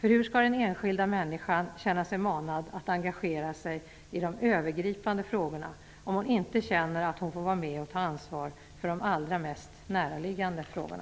Hur skall den enskilda människan känna sig manad att engagera sig i de övergripande frågorna om hon inte känner att hon får vara med och ta ansvar för de allra mest näraliggande frågorna?